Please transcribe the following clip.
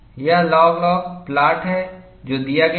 यह log log plot है जो दिया गया है